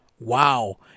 Wow